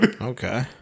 Okay